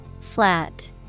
Flat